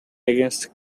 against